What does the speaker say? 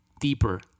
deeper